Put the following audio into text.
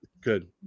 good